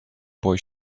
boy